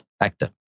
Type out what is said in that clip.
Actor